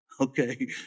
Okay